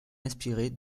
inspirée